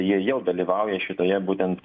jie jau dalyvauja šitoje būtent